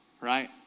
right